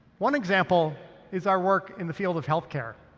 one example is our work in the field of health care.